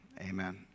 amen